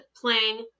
playing